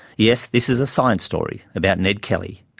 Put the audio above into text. yes, this is a science story about ned kelly,